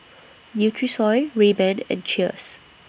Nutrisoy Rayban and Cheers